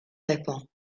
répand